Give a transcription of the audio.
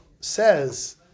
says